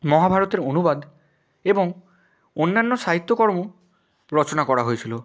মহাভারতের অনুবাদ এবং অন্যান্য সাহিত্যকর্ম রচনা করা হয়েছিল